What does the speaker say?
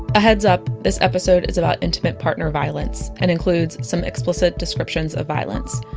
a heads up, this episode is about intimate partner violence and includes some explicit descriptions of violence.